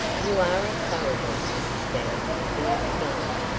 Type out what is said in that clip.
you are a thoroughbred, mrs. dan, he exclaimed.